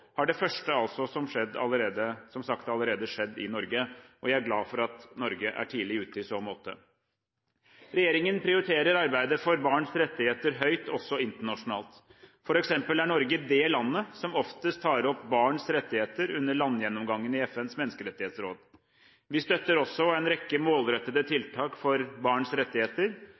har skjedd i Norge. Jeg er glad for at Norge er tidlig ute i så måte. Regjeringen prioriterer arbeidet for barns rettigheter høyt også internasjonalt. For eksempel er Norge det landet som oftest tar opp barns rettigheter under landgjennomgangen i FNs menneskerettighetsråd. Vi støtter også en rekke målrettede tiltak for barns rettigheter,